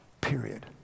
period